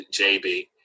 JB